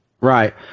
Right